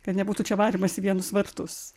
kad nebūtų čia varymas į vienus vartus